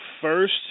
first